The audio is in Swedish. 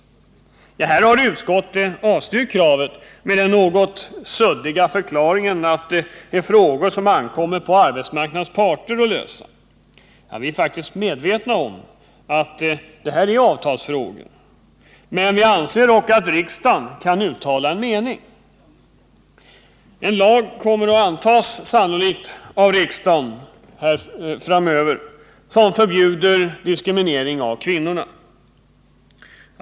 Utskottet har avstyrkt det kravet med den något suddiga förklaringen att det är frågor som det ankommer på arbetsmarknadens parter att lösa. Vi är faktiskt medvetna om att detta är avtalsfrågor, men vi anser dock att riksdagen kan uttala en mening. Riksdagen kommer sannolikt framöver att anta en lag som förbjuder diskriminering av kvinnor.